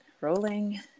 Rolling